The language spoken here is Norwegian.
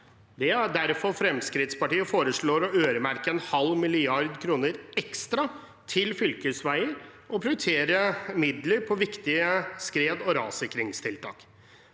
Det er derfor Fremskrittspartiet foreslår å øremerke 0,5 mrd. kr ekstra til fylkesveier og prioritere midler til viktige skred- og rassikringstiltak.